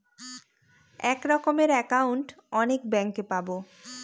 এক রকমের একাউন্ট অনেক ব্যাঙ্কে পাবো